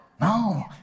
No